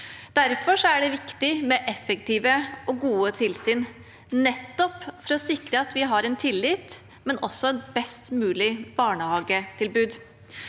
Derfor er det viktig med effektive og gode tilsyn, nettopp for å sikre at vi har tillit, men også et best mulig barnehagetilbud.